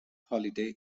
holiday